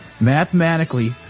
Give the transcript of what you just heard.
mathematically